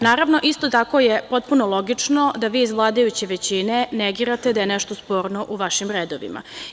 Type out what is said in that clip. Naravno, isto tako je potpuno logično da vi iz vladajuće većine negirate da je nešto sporno u vašim redovima.